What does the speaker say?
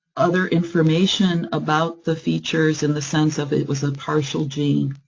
other information about the features, in the sense of it was a partial gene.